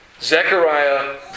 Zechariah